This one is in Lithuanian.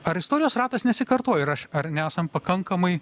ar istorijos ratas nesikartoja ir aš ar nesam pakankamai